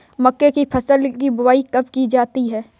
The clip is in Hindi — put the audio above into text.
मक्के की फसल की बुआई कब की जाती है?